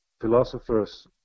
philosophers